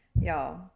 y'all